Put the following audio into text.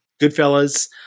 Goodfellas